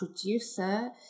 producer